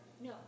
No